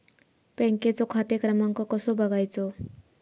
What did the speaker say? बँकेचो खाते क्रमांक कसो बगायचो?